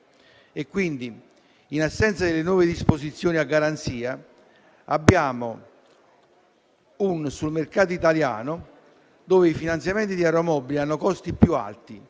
In assenza delle nuove disposizioni a garanzia, abbiamo un mercato italiano dove i finanziamenti di aeromobili hanno costi più alti,